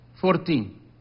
Fourteen